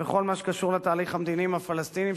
בכל מה שקשור לתהליך המדיני עם הפלסטינים,